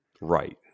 Right